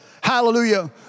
Hallelujah